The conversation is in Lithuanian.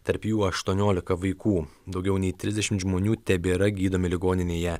tarp jų aštuoniolika vaikų daugiau nei trisdešimt žmonių tebėra gydomi ligoninėje